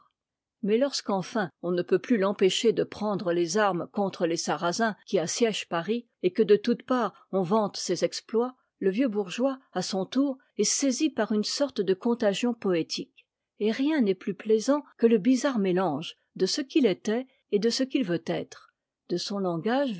mais lorsque enfin on ne peut plus l'empêcher de prendre les armes contre les sarrasins qui assiègent paris et que de toutes parts on vante ses exploits le vieux bourgeois à son tour est saisi par une sorte de contagion poétique et rien n'est plus plaisant que le bizarre métange de ce qu'il était et de ce qu'il veut être de son langage